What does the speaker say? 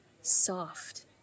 soft